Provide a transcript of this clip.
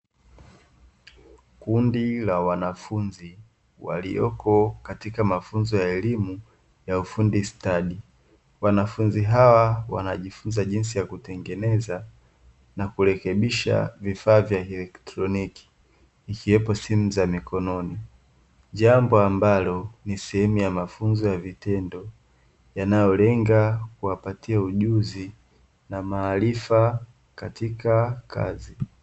Kundi la wanafunzi walioko katika mafunzo ya elimu ya ufundi stadi. Wanafunzi hawa wanajifunza jinsi ya kutengeneza na kurekebisha vifaa vya kielektroniki ikiwemo simu za mikononi, jambo ambalo ni sehemu ya mafunzo ya vitendo yanayolenga kuwapatia ujuzi na maarifa katika kazi.